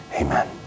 amen